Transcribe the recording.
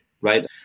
right